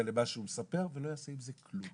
למה שהוא מספר ולא יעשה עם זה כלום.